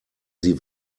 sie